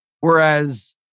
Whereas